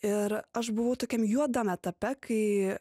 ir aš buvau tokiam juodam etape kai